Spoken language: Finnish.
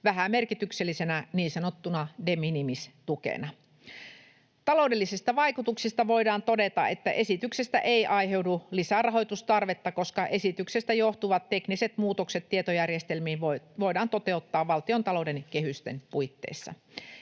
vähämerkityksellisenä niin sanottuna de minimis ‑tukena. Taloudellisista vaikutuksista voidaan todeta, että esityksestä ei aiheudu lisärahoitustarvetta, koska esityksestä johtuvat tekniset muutokset tietojärjestelmiin voidaan toteuttaa valtiontalouden kehysten puitteissa.